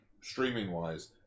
streaming-wise